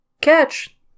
Catch